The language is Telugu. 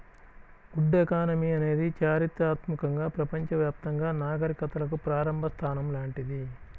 వుడ్ ఎకానమీ అనేది చారిత్రాత్మకంగా ప్రపంచవ్యాప్తంగా నాగరికతలకు ప్రారంభ స్థానం లాంటిది